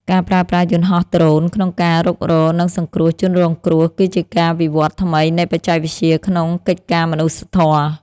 ការប្រើប្រាស់យន្តហោះដ្រូនក្នុងការរុករក និងសង្គ្រោះជនរងគ្រោះគឺជាការវិវត្តថ្មីនៃបច្ចេកវិទ្យាក្នុងកិច្ចការមនុស្សធម៌។